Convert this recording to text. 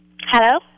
hello